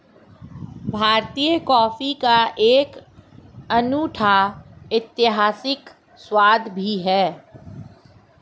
भारतीय कॉफी का एक अनूठा ऐतिहासिक स्वाद भी है